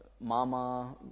Mama